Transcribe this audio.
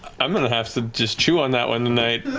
i'm going to have to just chew on that one tonight.